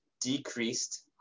decreased